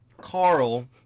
Carl